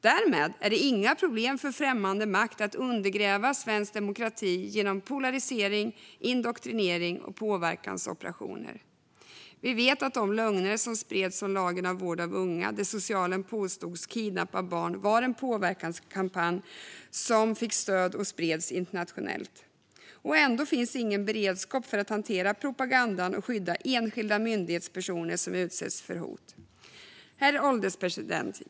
Därmed är det inga problem för främmande makt att undergräva svensk demokrati genom polarisering, indoktrinering och påverkansoperationer. Vi vet att de lögner som spreds om lagen om vård av unga, där socialen påstods kidnappa barn, var en påverkanskampanj som fick stöd och spreds internationellt. Ändå finns det ingen beredskap för att hantera propagandan och skydda enskilda myndighetspersoner som utsätts för hot. Herr ålderspresident!